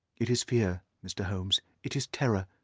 it is fear, mr. holmes. it is terror.